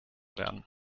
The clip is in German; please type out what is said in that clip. werden